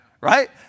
right